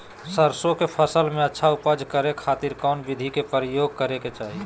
सरसों के फसल में अच्छा उपज करे खातिर कौन विधि के प्रयोग करे के चाही?